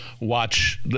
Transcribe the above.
watch